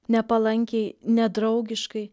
nepalankiai nedraugiškai